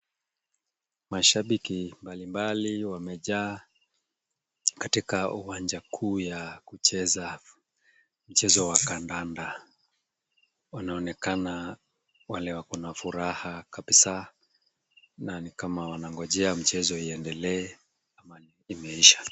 Mashabiki mbalimbali wamejaa katika uwanja kuu ya kucheza mchezo wa kandanda, wanaonekana wale wako na furaha kabisa na ni kama wanangojea mchezo iendelee ama imeisha.